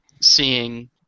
seeing